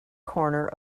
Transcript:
corner